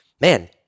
man